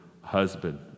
husband